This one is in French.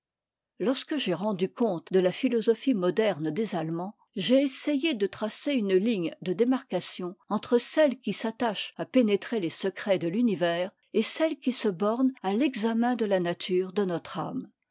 lorsque j'ai rendu compte de ta philosophie moderne des allemands j'ai essayé de tracer une ligne de démarcation entre celle qui s'attache à pénétrer les secrets de l'univers et celle qui se borne à l'examen de la nature de notre âme